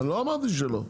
לא אמרתי שלא.